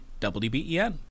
WBEN